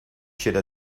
should